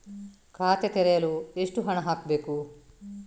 ಖಾತೆ ತೆರೆಯಲು ಎಷ್ಟು ಹಣ ಹಾಕಬೇಕು?